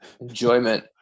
enjoyment